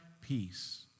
peace